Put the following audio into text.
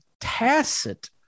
tacit